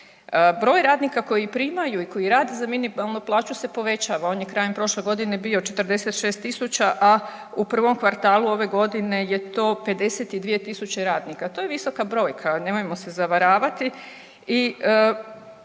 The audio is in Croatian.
Broj radnika koji primaju i koji rade za minimalnu plaću se povećava. On je krajem prošle godine bio 46.000, a u prvom kvartalu ove godine je to 52.000 radnika. To je visoka brojka nemojmo se zavaravati